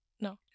no